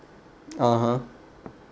(uh huh)